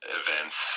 events